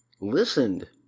listened